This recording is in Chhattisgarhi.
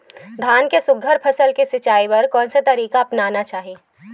धान के सुघ्घर फसल के सिचाई बर कोन से तरीका अपनाना चाहि?